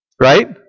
right